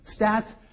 stats